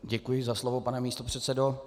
Děkuji za slovo, pane místopředsedo.